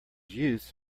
youth